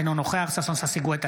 אינו נוכח ששון ששי גואטה,